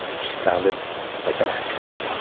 she sounded like an actress